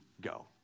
go